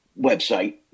website